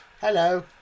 Hello